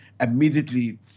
immediately